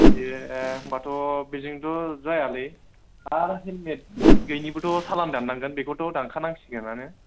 ए होनबाथ' बेजोंथ' जायालै आरो हेल्मेट गैयैनिबोथ' सालान दाननांगोन बेखौथ' दानखानांसिगोनानो